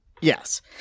Yes